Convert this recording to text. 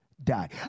die